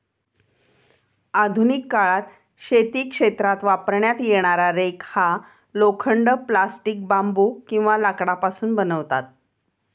आधुनिक काळात शेती क्षेत्रात वापरण्यात येणारा रेक हा लोखंड, प्लास्टिक, बांबू किंवा लाकडापासून बनवतात